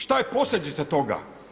Šta je posljedica toga?